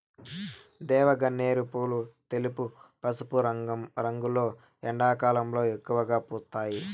దేవగన్నేరు పూలు తెలుపు, పసుపు రంగులో ఎండాకాలంలో ఎక్కువగా పూస్తాయి